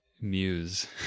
muse